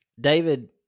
David